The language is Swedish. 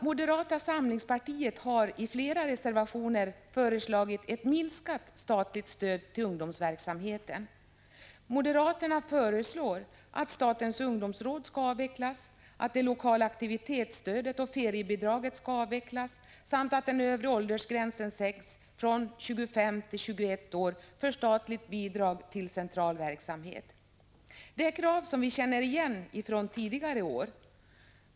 Moderata samlingspartiet har i flera reservationer föreslagit ett minskat statligt stöd till ungdomsverksamheten. Moderaterna föreslår att statens ungdomsråd skall avvecklas, att det lokala aktivitetsstödet och feriebidraget skall avvecklas samt att den övre åldersgränsen sänks från 25 till 21 år för statligt bidrag till central verksamhet. Det är krav som vi känner igen från tidigare år.